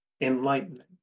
enlightenment